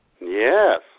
Yes